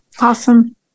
Awesome